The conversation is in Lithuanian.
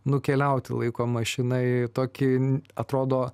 nukeliauti laiko mašina į tokį atrodo